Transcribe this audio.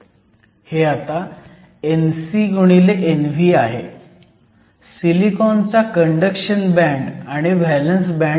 हे आता Nc Nv आहे सिलिकॉनचा कंडक्शन बँड आणि व्हॅलंस बँड आहे